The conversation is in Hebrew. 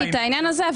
ראיתי את העניין הזה,